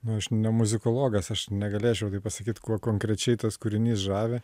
na aš ne muzikologas aš negalėčiau taip pasakyt kuo konkrečiai tas kūrinys žavi